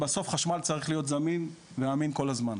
בסוף חשמל צריך להיות זמין כל הזמן,